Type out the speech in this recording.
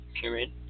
Period